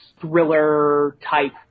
thriller-type